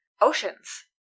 oceans